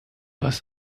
was